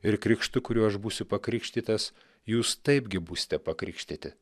ir krikštu kuriuo aš būsiu pakrikštytas jūs taipgi būsite pakrikštyti